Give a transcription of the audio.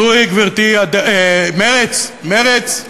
זוהי, גברתי, הדרך, מרצ, מרצ,